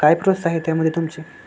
काय प्रोसेस आहे त्यामध्ये तुमची